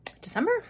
December